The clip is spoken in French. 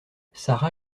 sara